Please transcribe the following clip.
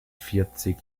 vierzig